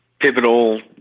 Pivotal